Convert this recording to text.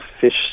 fish